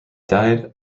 died